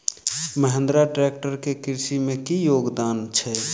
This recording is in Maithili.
महेंद्रा ट्रैक्टर केँ कृषि मे की योगदान छै?